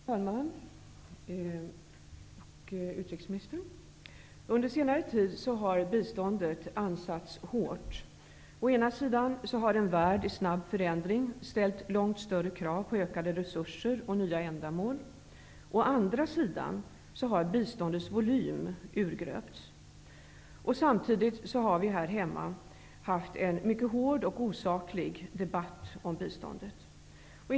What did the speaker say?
Herr talman! Fru utrikesminister! Under senare tid har biståndet ansatts hårt. Å ena sidan har en värld i snabb förändring ställt långt större krav på ökade resurser och nya ändamål. Å andra sidan har biståndets volym urgröpts. Samtidigt har det här hemma förts en debatt om biståndet som har varit mycket hård och osaklig.